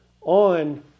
on